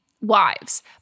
wives